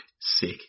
sick